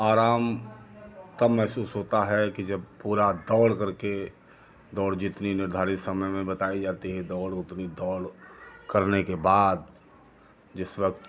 आराम तब महसूस होता है कि जब पूरा दौड़ कर के दौड़ जितनी निर्धारित समय में बताई जाती है दौड़ उतनी दौड़ करने के बाद जिस वक्त